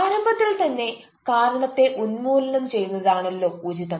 ആരംഭത്തിൽ തന്നെ കാരണത്തെ ഉന്മൂലനം ചെയ്യുന്നത് ആണല്ലോ ഉചിതം